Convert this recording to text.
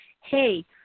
hey